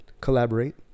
collaborate